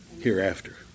hereafter